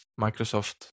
Microsoft